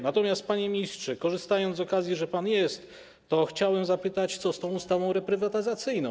Natomiast, panie ministrze, korzystając z okazji, że pan jest, to chciałbym zapytać, co z tą ustawą reprywatyzacyjną.